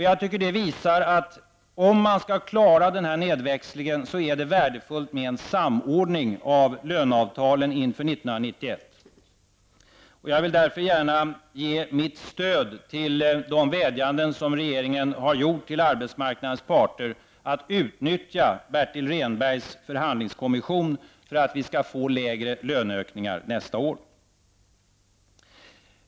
Jag tycker att detta visar att det är värdefullt med en samordning av löneavtalen inför 1991 om man skall klara nedväxlingen. Jag vill därför gärna ge mitt stöd till de vädjanden som regeringen har gjort till arbetsmarknadens parter om att utnyttja Bertil Rehnbergs förhandlingskommission så att vi får lägre löneökningar nästa år.